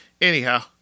anyhow